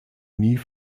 nie